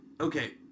okay